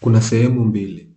Kuna sehemu mbili.